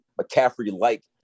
McCaffrey-like